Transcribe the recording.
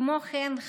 כמו כן,